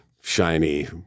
shiny